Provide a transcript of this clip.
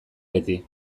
beti